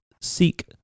Seek